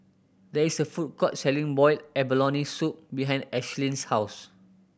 there is a food court selling boiled abalone soup behind Ashlyn's house